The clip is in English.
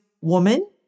woman